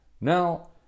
Now